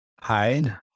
hide